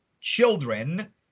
children